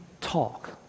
talk